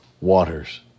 waters